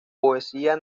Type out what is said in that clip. poesía